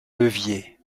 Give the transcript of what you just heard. levier